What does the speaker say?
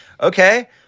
okay